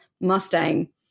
Mustang